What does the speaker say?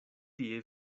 tie